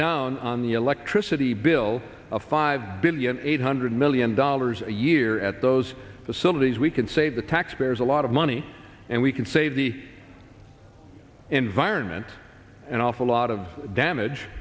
down on the electricity bill of five billion eight hundred million dollars a year at those facilities we could save the taxpayers a lot of money and we could save the environment an awful lot of damage